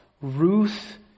Ruth